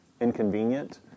inconvenient